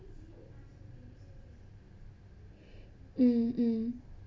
mm mm